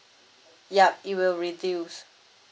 yup it will reduce